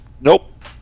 Nope